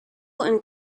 and